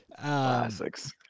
Classics